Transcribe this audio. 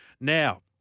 Now